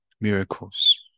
miracles